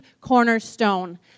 cornerstone